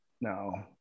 No